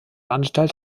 anstalt